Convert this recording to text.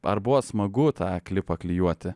ar buvo smagu tą klipą klijuoti